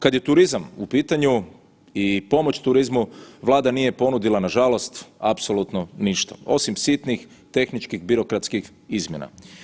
Kad je turizam u pitanju i pomoć turizmu Vlada nije ponudila nažalost apsolutno ništa osim sitnih tehničkih, birokratskih izmjena.